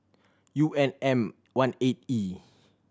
U N M One eight E